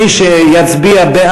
אתה לא תצליח,